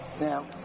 Now